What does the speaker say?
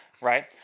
Right